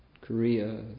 Korea